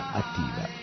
attiva